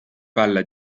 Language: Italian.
palla